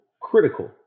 critical